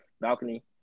balcony